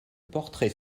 portrait